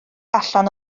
allan